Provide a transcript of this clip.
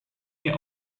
nie